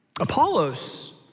Apollos